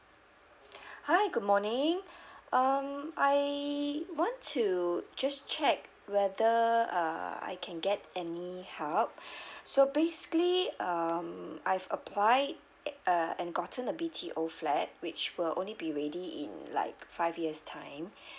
hi good morning um I want to just check whether uh I can get any help so basically um I've applied uh and gotten a B_T_O flat which will only be ready in like five years' time